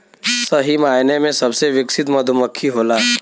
सही मायने में सबसे विकसित मधुमक्खी होला